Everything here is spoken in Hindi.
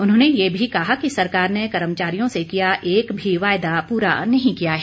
उन्होंने ये भी कहा कि सरकार ने कर्मचारियों से किया एक भी यायदा पुरा नहीं किया है